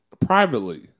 Privately